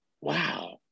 Wow